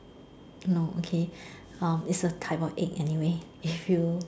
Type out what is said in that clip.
no okay um it's a type of egg anyway if you